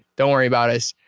don't worry about us.